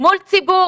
מול ציבור